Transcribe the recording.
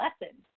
lesson